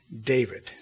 David